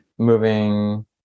moving